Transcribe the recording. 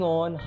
on